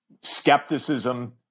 skepticism